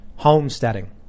Homesteading